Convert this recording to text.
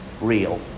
real